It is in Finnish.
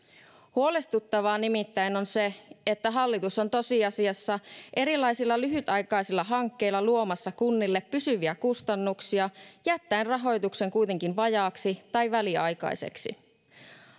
huolestuttavaa nimittäin on se että hallitus on tosiasiassa erilaisilla lyhytaikaisilla hankkeilla luomassa kunnille pysyviä kustannuksia jättäen rahoituksen kuitenkin vajaaksi tai väliaikaiseksi